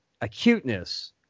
acuteness